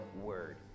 word